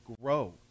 grow